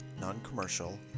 non-commercial